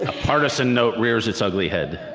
ah partisan note rears its ugly head